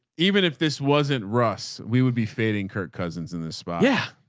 even if this wasn't russ, we would be fading. kurt cousins in this spot yeah